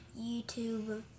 YouTube